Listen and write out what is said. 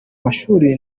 mashuri